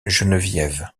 geneviève